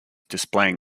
displaying